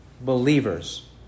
believers